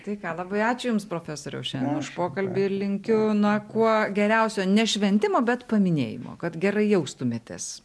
tai ką labai ačiū jums profesoriau šiandien už pokalbį ir linkiu na kuo geriausio nešventimo bet paminėjimo kad gerai jaustumėtės